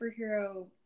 superhero